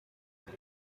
kuri